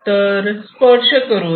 तर स्पर्श करून